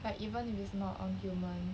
like even if it's not on human